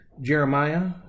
Jeremiah